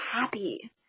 happy